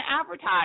advertise